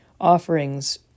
offerings